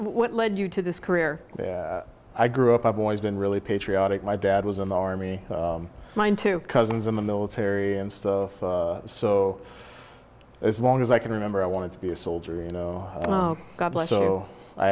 what led you to this career i grew up i've always been really patriotic my dad was in the army mine two cousins in the military and so as long as i can remember i wanted to be a soldier you know